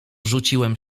rzuciłem